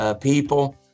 people